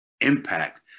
impact